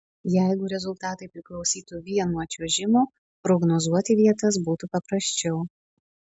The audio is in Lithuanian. jeigu rezultatai priklausytų vien nuo čiuožimo prognozuoti vietas būtų paprasčiau